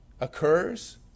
occurs